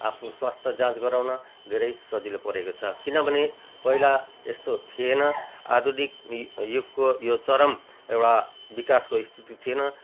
आफ्नो स्वास्थ्य जाँच गराउन धेरै सजिलो परेको छ किनभने पहिला यस्तो थिएन आधुनिक यु युगको यो चरम एउटा विकासको स्थिति थिएन